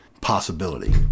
possibility